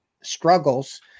struggles